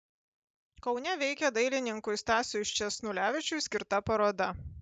kaune veikia dailininkui stasiui sčesnulevičiui skirta paroda